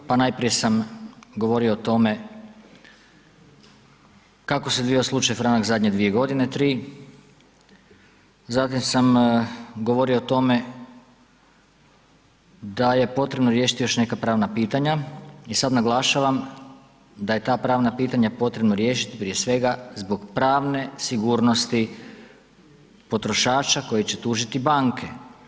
Pa najprije sam govorio o tome kako se odvijao slučaj Franak zadnje 2 godine, 3, zatim sam govorio o tome da je potrebno riješiti još neka pravna pitanja i sada naglašavam da je ta pravna pitanja potrebno riješiti prije svega zbog pravne sigurnosti potrošača koji će tužiti banke.